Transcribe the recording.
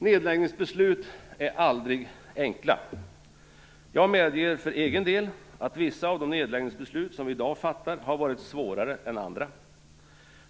Nedläggningsbeslut är aldrig enkla. Jag medger för egen del att vissa av de nedläggningsbeslut som vi i dag fattar är svårare än andra.